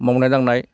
मावनाय दांनाय